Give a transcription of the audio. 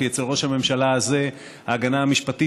כי אצל ראש הממשלה הזה ההגנה המשפטית